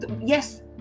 yes